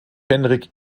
henrik